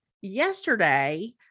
yesterday